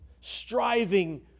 striving